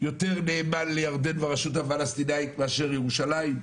נאמן לירדן והרשות הפלסטינית מאשר ירושלים,